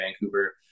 Vancouver